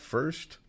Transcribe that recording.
First